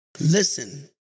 Listen